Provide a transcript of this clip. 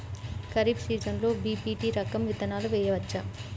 ఖరీఫ్ సీజన్లో బి.పీ.టీ రకం విత్తనాలు వేయవచ్చా?